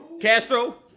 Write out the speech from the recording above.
Castro